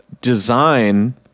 design